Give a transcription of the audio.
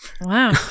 Wow